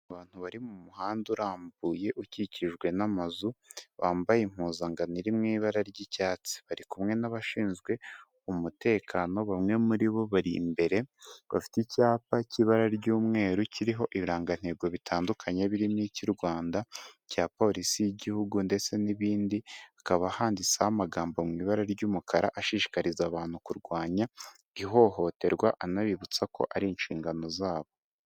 Abantu bari mu muhanda urambuye ukikijwe n'amazu wambaye impuzangano iri mu ibara ry'icyatsi. Bari kumwe n'abashinzwe umutekano bamwe muri bo bari imbere bafite icyapa cy'ibara ry'umweru kiriho ibirangantego bitandukanye birimo icy'u Rwanda, icya polisi y'igihugu ndetse n'ibindi hakaba handitseho amagambo mu ibara ry'umukara ashishikariza abantu kurwanya ihohoterwa anabibutsa ko ari inshingano zabo.